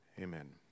Amen